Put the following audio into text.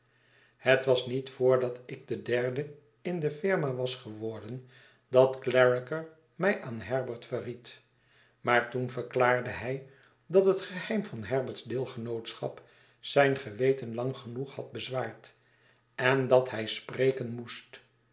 het was niet voordat ik de derde in de firma was geworden dat clarriker mij aan herbert verried maar toen verklaarde hij dat het geheim van herbert's deelgenootschapzijn geweten lang genoeg had bezwaard en dat hy spreken moest